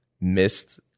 missed